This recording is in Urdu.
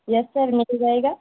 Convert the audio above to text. یس سر مل جائے گا